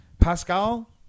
Pascal